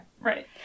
right